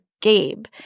Gabe